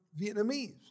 Vietnamese